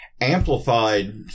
Amplified